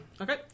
Okay